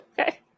Okay